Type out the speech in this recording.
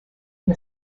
and